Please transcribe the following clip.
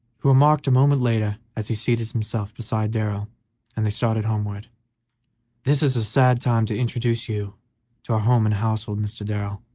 who remarked a moment later as he seated himself beside darrell and they started homeward this is a sad time to introduce you to our home and household, mr. darrell,